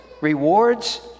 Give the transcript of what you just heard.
rewards